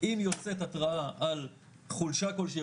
אם יוצאת התראה על חולשה כלשהי,